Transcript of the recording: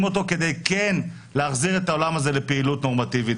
אותו כדי כן להחזיר את העולם הזה לפעילות נורמטיבית,